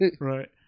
right